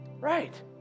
Right